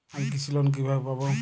আমি কৃষি লোন কিভাবে পাবো?